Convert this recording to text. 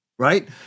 right